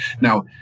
Now